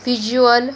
visual